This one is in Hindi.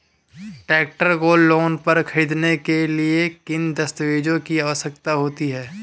ट्रैक्टर को लोंन पर खरीदने के लिए किन दस्तावेज़ों की आवश्यकता होती है?